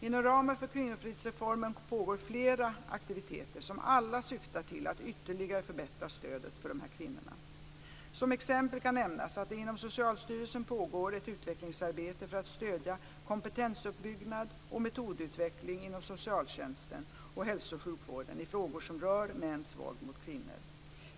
Inom ramen för Kvinnofridsreformen pågår flera aktiviteter som alla syftar till att ytterligare förbättra stödet för dessa kvinnor. Som exempel kan nämnas att det inom Socialstyrelsen pågår ett utvecklingsarbete för att stödja kompetensuppbyggnad och metodutveckling inom socialtjänsten och hälso och sjukvården i frågor som rör mäns våld mot kvinnor.